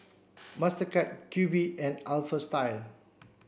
Mastercard Q V and Alpha Style